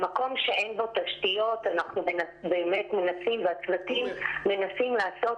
במקום שאין בו תשתיות אנחנו והצוותים באמת מנסים לעשות